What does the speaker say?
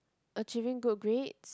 achieving good grades